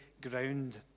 ground